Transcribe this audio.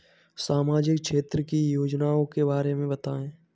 सामाजिक क्षेत्र की योजनाओं के बारे में बताएँ?